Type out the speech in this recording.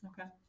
Okay